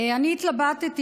אני התלבטתי,